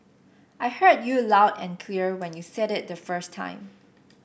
I heard you loud and clear when you said it the first time